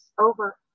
over